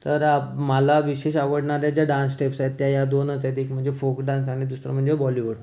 तर मला विशेष आवडणाऱ्या ज्या डान्स स्टेप्स आहेत ते ह्या दोनच आहेत एक म्हणजे फोक डान्स आणि दुसरं म्हणजे बॉलीवूड